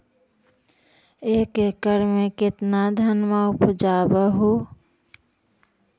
एक एकड़ मे कितना धनमा उपजा हू?